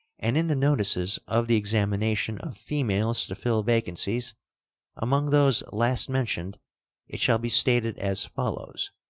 and in the notices of the examination of females to fill vacancies among those last mentioned it shall be stated as follows